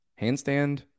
handstand